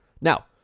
Now